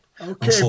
Okay